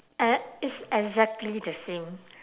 and it's exactly the same